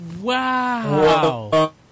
Wow